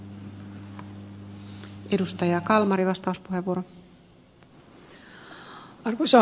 arvoisa puhemies